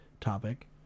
topic